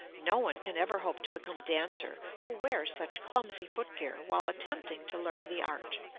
no one can ever hope to become a dancer who wears such clumsy foot-gear while attempting to learn the art.